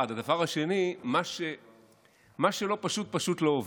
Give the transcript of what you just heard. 1. הדבר השני: מה שלא פשוט, פשוט לא עובד.